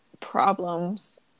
problems